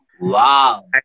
Wow